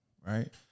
right